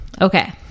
okay